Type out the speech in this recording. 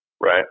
Right